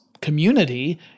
community